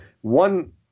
One